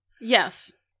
Yes